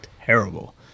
terrible